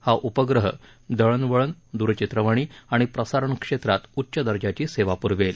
हा उपग्रह दळणवळण दूरचित्रवाणी आणि प्रसारण क्षेत्रात उच्च दर्जाची सेवा पुरवेल